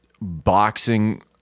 boxing